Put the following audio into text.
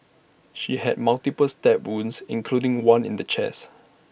she had multiple stab wounds including one in the chest